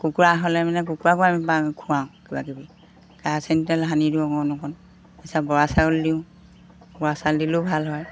কুকুৰা হ'লে মানে কুকুৰাকো আমি খুৱাওঁ কিবাকিবি কেৰাচিন তেল সানি দিওঁ অকণ অকণ তাৰপিছত বৰা চাউল দিওঁ বৰা চাউল দিলেও ভাল হয়